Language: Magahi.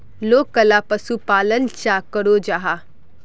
लोकला पशुपालन चाँ करो जाहा?